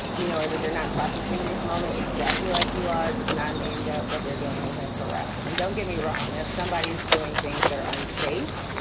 you know that they're not processing this moment exactly like you are. does not mean that what they're doing is and correct. and don't get me wrong. if somebody is doing things that are unsafe,